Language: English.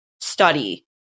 study